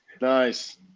nice